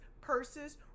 purses